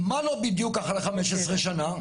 מה לא בדיוק אחרי 15 שנה?